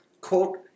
Quote